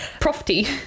profty